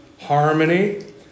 harmony